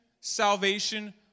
salvation